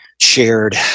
shared